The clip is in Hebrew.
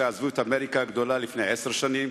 שעזבו את אמריקה הגדולה לפני עשר שנים,